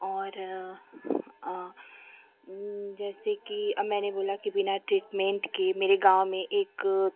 और अँ ऊँ जैसे की अ मैंने बोला कि बिना ट्रीटमेंट के मेरे गाँव में एक